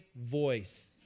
voice